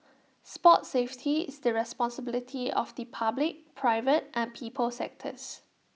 sports safety is the responsibility of the public private and people sectors